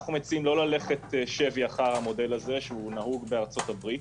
אנחנו מציעים לא ללכת שבי אחר המודל הזה שנהוג בארצות הברית.